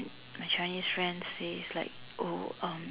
my Chinese friends says like oh um